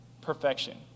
perfection